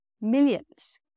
Millions